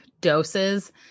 doses